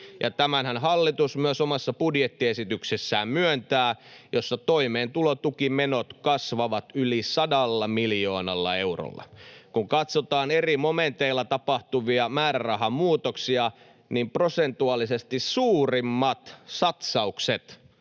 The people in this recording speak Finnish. Tämänhän hallitus myös myöntää omassa budjettiesityksessään, jossa toimeentulotukimenot kasvavat yli sadalla miljoonalla eurolla. Kun katsotaan eri momenteilla tapahtuvia määrärahamuutoksia, niin prosentuaalisesti suurimmat satsaukset